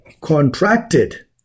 contracted